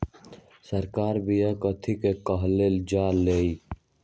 संकर बिया कथि के कहल जा लई?